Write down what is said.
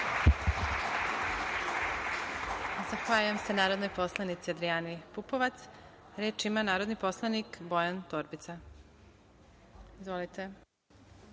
Zahvaljujem se narodnoj poslanici Adrijani Pupovac. Reč ima narodni poslanik Bojan Torbica. Izvolite.